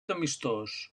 amistós